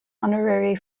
honorary